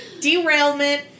derailment